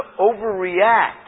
overreact